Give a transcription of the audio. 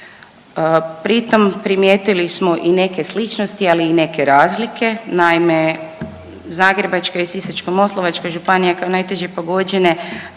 Pritom, primijetili smo i neke sličnosti, ali i neke razlike. Naime, Zagrebačka i Sisačko-moslavačka županija kao najteže pogođene